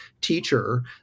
teacher